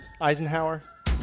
Eisenhower